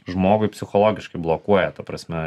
žmogui psichologiškai blokuoja ta prasme